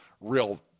real